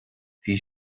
bhí